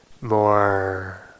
more